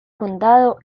condado